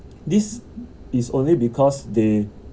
this is only because they